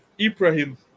Ibrahim